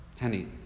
Honey